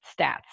stats